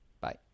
Bye